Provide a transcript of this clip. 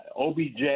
OBJ